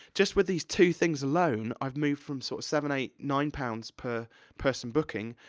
just with these two things, alone, i've moved from sort of seven, eight, nine pounds per person booking,